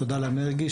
תודה למרגי,